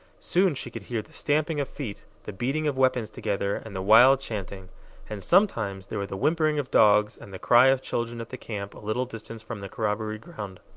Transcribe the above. soon she could hear the stamping of feet, the beating of weapons together, and the wild chanting and sometimes there were the whimpering of dogs, and the cry of children at the camp a little distance from the corroboree ground.